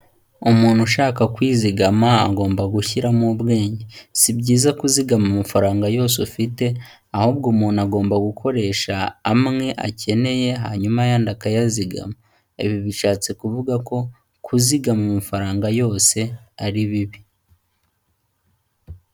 Umuntu ushaka kwizigama agomba gushyiramo ubwenge, si byiza kuzigama amafaranga yose ufite, ahubwo umuntu agomba gukoresha amwe akeneye hanyuma ayandi akayazigama. Ibi bishatse kuvuga ko kuzigama amafaranga yose ari bibi.